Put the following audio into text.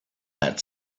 had